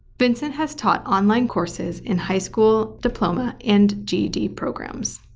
vincent has taught online courses in high school diploma and ged programs,